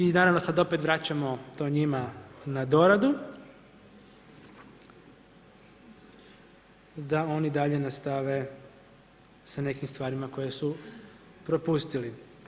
I naravno sad opet vraćamo to njima na doradu da oni dalje nastave sa nekim stvarima koje su propustili.